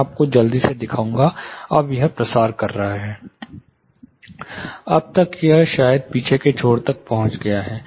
मैं आपको जल्दी से दिखाऊंगा अब यह प्रसार कर रहा है अब तक यह शायद पीछे के छोर तक पहुंच गया है